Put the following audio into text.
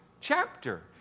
chapter